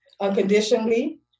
unconditionally